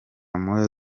moya